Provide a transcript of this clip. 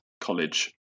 College